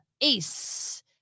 Ace